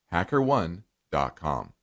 HackerOne.com